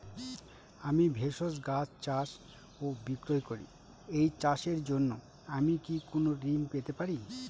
আমি ভেষজ গাছ চাষ ও বিক্রয় করি এই চাষের জন্য আমি কি কোন ঋণ পেতে পারি?